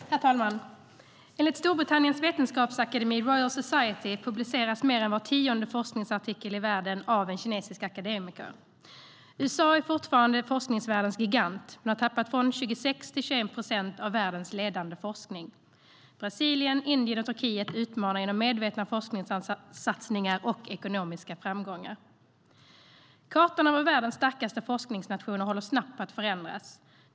Herr talman! Enligt Storbritanniens vetenskapsakademi Royal Society publiceras mer än var tionde forskningsartikel i världen av en kinesisk akademiker. USA är fortfarande forskningsvärldens gigant men har tappat från 26 till 21 procent av världens ledande forskning. Brasilien, Indien och Turkiet utmanar genom medvetna forskningssatsningar och ekonomiska framgångar. Kartan över världens starkaste forskningsnationer håller snabbt på att förändras.